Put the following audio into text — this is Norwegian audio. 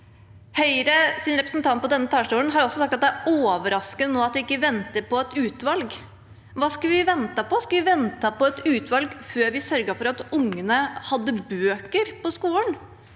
Høyres representant har på denne talerstolen også sagt at det er overraskende at man ikke venter på et utvalg. Hva skulle vi ventet på? Skulle vi ventet på et utvalg før vi sørget for at ungene hadde bøker på skolen?